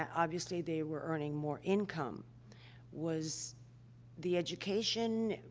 obviously, they were earning more income was the education, ah,